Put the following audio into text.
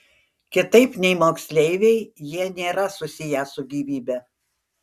kitaip nei moksleiviai jie nėra susiję su gyvybe